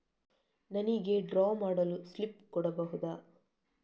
ನನಿಗೆ ಡ್ರಾ ಮಾಡಲು ಸ್ಲಿಪ್ ಕೊಡ್ಬಹುದಾ?